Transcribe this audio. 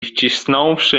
wcisnąwszy